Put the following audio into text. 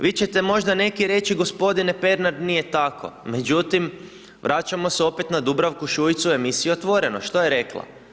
Vi će te možda neki reći, gospodine Pernar nije tako, međutim vraćamo se opet na Dubravku Šuicu u emisiji Otvoreno, što je rekla?